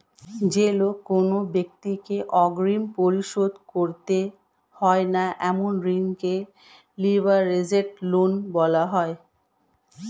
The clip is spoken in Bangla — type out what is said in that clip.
যে লোন কোনো ব্যাক্তিকে অগ্রিম পরিশোধ করতে হয় না এমন ঋণকে লিভারেজড লোন বলা হয়